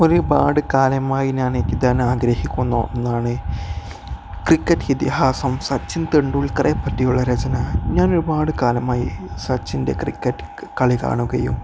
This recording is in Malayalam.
ഒരുപാട് കാലമായി ഞാൻ എഴുതാൻ ആഗ്രഹിക്കുന്ന ഒന്നാണ് ക്രിക്കറ്റ് ഇതിഹാസം സച്ചിൻ തണ്ടൂൽക്കറെപ്പറ്റിയുള്ള രചന ഞാനൊരുപാട് കാലമായി സച്ചിൻ്റെ ക്രിക്കറ്റ് കളി കാണുകയും